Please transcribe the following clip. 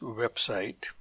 website